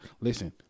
Listen